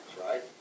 right